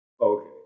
Okay